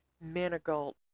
Manigault